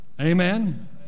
Amen